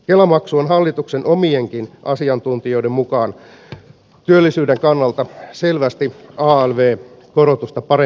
kela maksu on hallituksen omienkin asiantuntijoiden mukaan työllisyyden kannalta selvästi alv korotusta parempi vaihtoehto